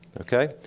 Okay